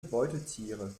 beutetiere